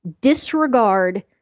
disregard